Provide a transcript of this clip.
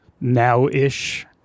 now-ish